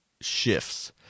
shifts